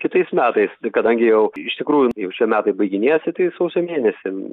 kitais metais kadangi jau iš tikrųjų jau šie metai baiginėjasi tai sausio mėnesį